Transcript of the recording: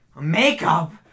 makeup